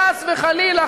חס וחלילה,